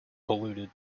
polluted